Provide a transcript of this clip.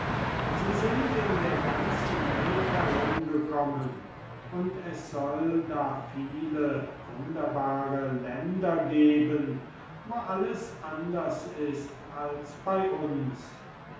sie sind in der ganzen welt herumgekommen und es soll da viele wunderbare länder geben wo alles anders ist als bei uns